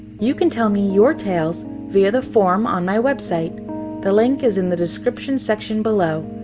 you can tell me your tales via the form on my website the link is in the description section below.